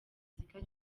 muzika